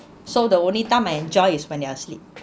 so the only time I enjoy is when they are asleep